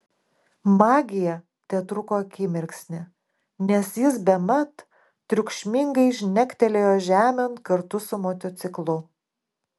magija tetruko akimirksnį nes jis bemat triukšmingai žnektelėjo žemėn kartu su motociklu